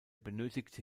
benötigte